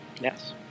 Yes